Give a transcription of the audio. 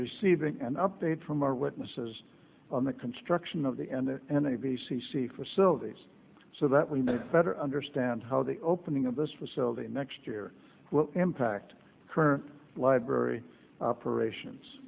receiving an update from our witnesses on the construction of the end and a b c c facilities so that we may better understand how the opening of this facility next year impact current library operations